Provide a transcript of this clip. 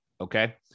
okay